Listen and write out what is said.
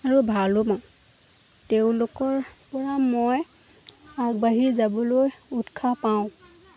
আৰু ভালো পাওঁ তেওঁলোকৰ পৰা মই আগবাঢ়ি যাবলৈ উৎসাহ পাওঁ